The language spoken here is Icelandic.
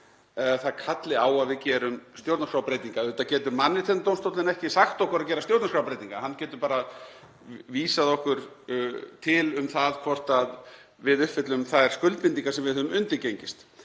það kalli á að við gerum stjórnarskrárbreytingar. Auðvitað getur Mannréttindadómstóllinn ekki sagt okkur að gera stjórnarskrárbreytingar, hann getur bara vísað okkur til um það hvort við uppfyllum þær skuldbindingar sem við höfum undirgengist.